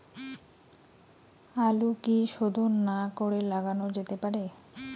আলু কি শোধন না করে লাগানো যেতে পারে?